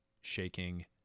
shaking